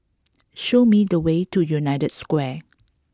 show me the way to United Square